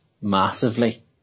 massively